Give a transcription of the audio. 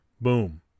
Boom